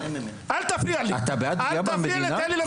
אל תפריע לי, אל תפריע לי תן לי להמשיך לדבר,